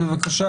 בבקשה,